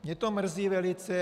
Mě to mrzí velice.